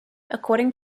according